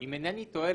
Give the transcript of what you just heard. אם אינני טועה,